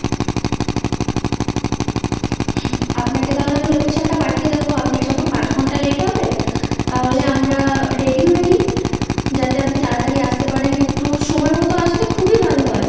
আপনাকে তাহলে আমি লোকেশানটা পাঠিয়ে দেবো আপনার যখন পাঁচ ঘন্টা লেট হবে তাহলে আমরা রেডি হয়ে নিই যাতে আপনি তাড়াতাড়ি আসতে পারেন একটু সময় মতো আসলে খুবই ভালো হয়